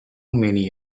many